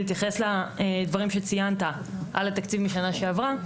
בהתייחס לדברים שציינת על התקציב משנה שעברה.